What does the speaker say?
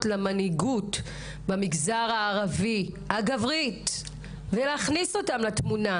למנהיגוּת הגברית במגזר הערבי ולהכניס אותם לתמונה,